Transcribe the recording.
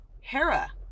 Hera